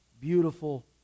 Beautiful